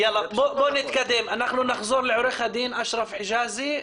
אנחנו נמשיך עורך הדין אשרף חיג'אזי,